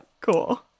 Cool